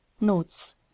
NOTES